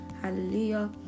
hallelujah